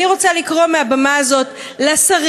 אני רוצה לקרוא מהבמה הזאת לשרים,